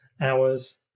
hours